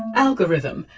algorithm,